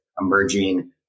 emerging